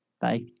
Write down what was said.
Bye